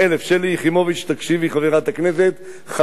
חברת הכנסת שלי יחימוביץ,